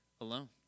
alone